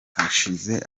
hashize